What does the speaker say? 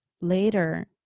later